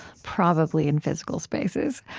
probably in physical spaces